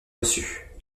reçue